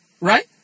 right